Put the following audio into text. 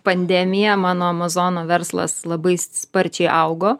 pandemija mano amazono verslas labai sparčiai augo